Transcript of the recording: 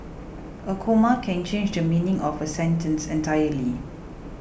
a comma can change the meaning of a sentence entirely